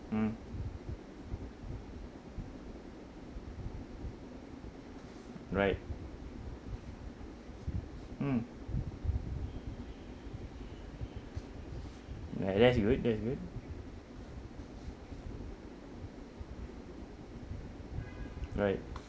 mm right mm ya that's good that's good right